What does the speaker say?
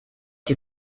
die